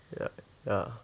ya ya